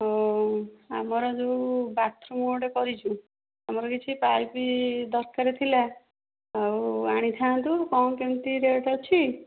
ହଉ ଆମର ଯେଉଁ ବାଥରୁମ୍ ଗୋଟେ କରିଛୁ ଆମର କିଛି ପାଇପ୍ ଦରକାର ଥିଲା ଆଉ ଆଣିଥାନ୍ତୁ କ'ଣ କେମିତି ରେଟ୍ ଅଛି